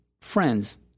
friends